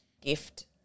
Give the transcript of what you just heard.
gift